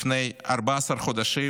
לפני 14 חודשים